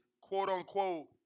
quote-unquote